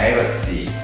let's see.